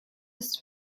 ist